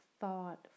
thought